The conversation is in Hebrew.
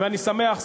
ואני שמח,